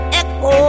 echo